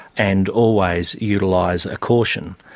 and always utilise a caution.